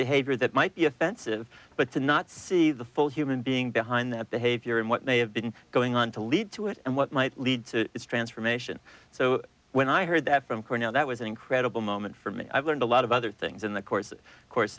behavior that might be offensive but to not see the full human being behind that behavior and what they have been going on to lead to it and what might lead to transformation so when i heard that from cornell that was an incredible moment for me i learned a lot of other things in the course of course